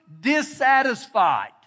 dissatisfied